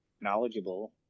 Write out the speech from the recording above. knowledgeable